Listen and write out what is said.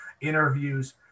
interviews